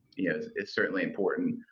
yeah it's certainly important,